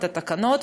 התקנות,